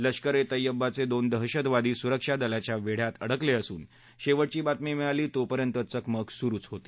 लष्करे तैयवाचे दोन दहशतवादी सुरक्षा दलाच्या वेढ्यात अडकले असून शेवटची बातमी मिळाली तोपर्यंत चकमक सुरुच होती